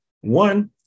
One